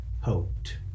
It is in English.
hoped